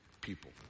people